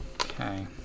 Okay